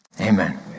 Amen